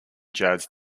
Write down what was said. jazz